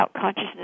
consciousness